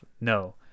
no